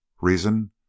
Reason